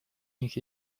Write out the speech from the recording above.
них